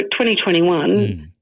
2021